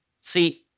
See